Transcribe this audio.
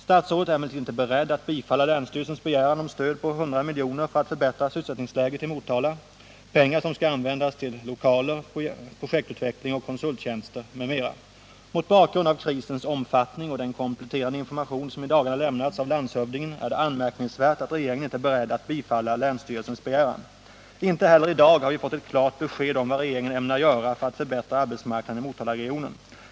Statsrådet Wirtén är emellertid inte beredd att bifalla länsstyrelsens begäran om stöd på 100 miljoner för att förbättra sysselsättningsläget i Motala — pengar som skall användas till lokaler, projektutveckling, konsulttjänster m.m. Mot bakgrund av krisens omfattning och den kompletterande information som i dagarna lämnats av landshövdingen är det anmärkningsvärt att regeringen inte är beredd att bifalla länsstyrelsens begäran. Inte heller i dag har jag fått klart besked om vad regeringen ämnar göra för att förbättra arbetsmarknaden i Motalaregionen.